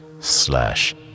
slash